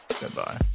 Goodbye